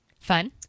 fun